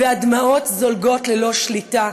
והדמעות זולגות ללא שליטה,